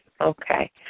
Okay